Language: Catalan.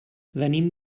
venim